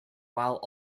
while